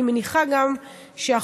אני מניחה שהחוק,